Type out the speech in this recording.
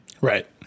Right